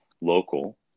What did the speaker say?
local